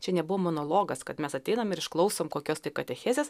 čia nebuvo monologas kad mes ateinam ir išklausom kokios katechezės